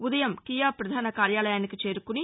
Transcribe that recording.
ఉదయం కియా పధాన కార్యలయానికి చేరుకుని